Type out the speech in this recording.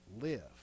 live